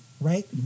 Right